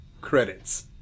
credits